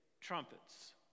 trumpets